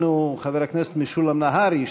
חברנו חבר הכנסת משולם נהרי,